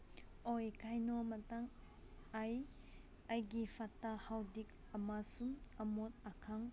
ꯑꯣꯏ ꯀꯩꯅꯣꯝ ꯃꯇꯪ ꯑꯩ ꯑꯩꯒꯤ ꯐꯠꯇ ꯍꯥꯎꯗꯤ ꯑꯃꯁꯨꯡ ꯑꯃꯣꯠ ꯑꯀꯥꯏ